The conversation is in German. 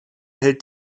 hält